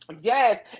Yes